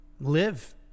live